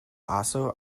also